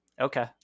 Okay